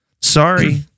Sorry